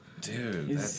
Dude